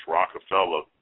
Rockefeller